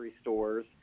stores